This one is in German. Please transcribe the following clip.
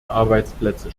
arbeitsplätze